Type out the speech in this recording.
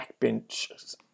backbench